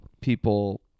people